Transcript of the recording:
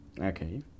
Okay